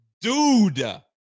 Dude